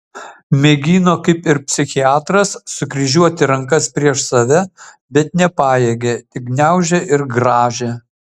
mėgino kaip ir psichiatras sukryžiuoti rankas prieš save bet nepajėgė tik gniaužė ir grąžė